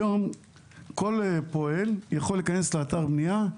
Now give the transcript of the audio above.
היום כל פועל יכול להיכנס לאתר בנייה.